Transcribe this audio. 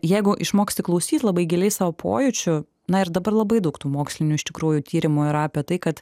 jeigu išmoksti klausyt labai giliai savo pojūčių na ir dabar labai daug tų mokslinių iš tikrųjų tyrimų yra apie tai kad